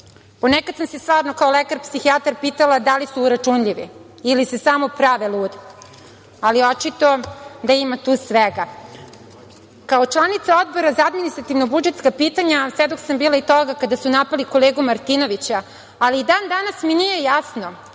pameti. Ponekad sam se stvarno kao lekar psihijatar pitala da li su uračunljivi ili se samo prave ludi, ali očito je da ima tu svega. Kao članica Odbora za administrativno-budžetska pitanja svedok sam bila i toga kada su napali kolegu Martinovića, ali i dan danas mi nije jasno